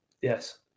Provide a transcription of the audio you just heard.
Yes